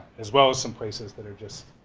as well as some places that are just